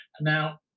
Now